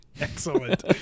Excellent